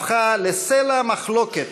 הפכה לסלע מחלוקת,